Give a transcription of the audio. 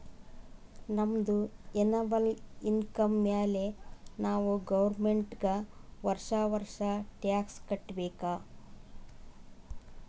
ನಮ್ದು annual income ಮ್ಯಾಲೆ ನಾವ್ ಗೌರ್ಮೆಂಟ್ಗ್ ವರ್ಷಾ ವರ್ಷಾ ಟ್ಯಾಕ್ಸ್ ಕಟ್ಟಬೇಕ್